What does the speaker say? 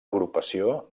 agrupació